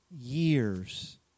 years